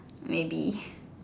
maybe